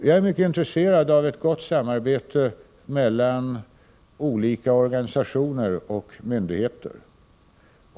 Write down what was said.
Jag är mycket intresserad av ett gott samarbete mellan olika organisationer och myndigheter.